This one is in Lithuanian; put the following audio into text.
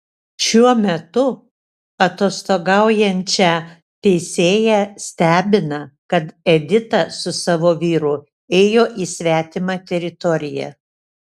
šiuo metu atostogaujančią teisėją stebina kad edita su savo vyru ėjo į svetimą teritoriją